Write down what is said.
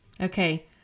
Okay